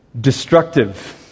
destructive